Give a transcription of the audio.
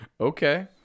okay